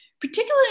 particularly